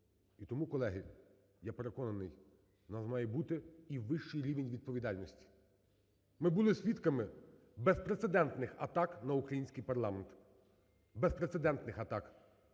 І тому, колеги, я переконаний у нас має бути і вищий рівень відповідальності. Ми були свідками безпрецедентних атак на український парламент, безпрецедентних атак.